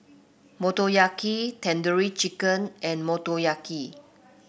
Motoyaki Tandoori Chicken and Motoyaki